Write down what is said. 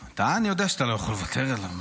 אתה, אני יודע שאתה לא יכול לוותר עליו.